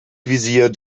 visier